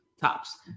tops